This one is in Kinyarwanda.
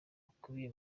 bukubiye